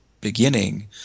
beginning